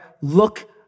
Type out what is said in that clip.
look